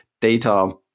data